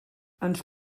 ens